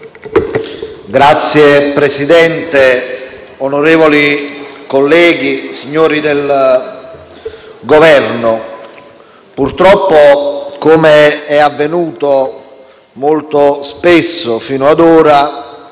Signor Presidente, onorevoli colleghi, signori del Governo, purtroppo - come è avvenuto molto spesso fino ad ora